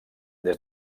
des